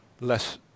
less